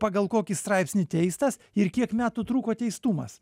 pagal kokį straipsnį teistas ir kiek metų truko teistumas